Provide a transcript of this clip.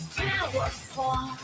powerful